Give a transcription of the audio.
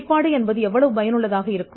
எனவே வெளிப்பாடு எவ்வளவு பயனுள்ளதாக இருக்கும்